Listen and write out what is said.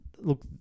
look